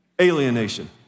alienation